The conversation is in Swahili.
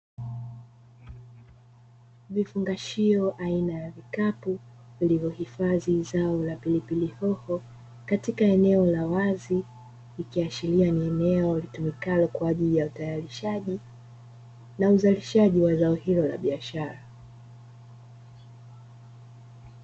Vifungashio aina ya vikapu vilivyo hifadhi zao la aina ya pilipili hoho, katika eneo la wazi ikiashiria ni eneo litumikalo kwa ajili ya utayarishaji na uzalishaji wa zao hilo la biashara.